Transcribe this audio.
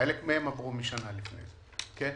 חלק מהם עברו משנה לפני כן.